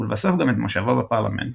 ולבסוף גם את מושבו בפרלמנט.